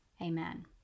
Amen